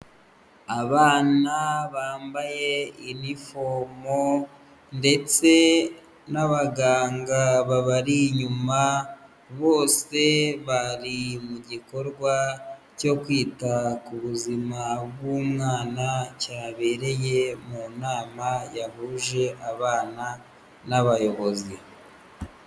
Abana bambaye inifomo ndetse n'abaganga babari inyuma, bose bari mu gikorwa cyo kwita ku buzima bw'umwana, cyabereye mu nama yahuje abana n'abayobozi.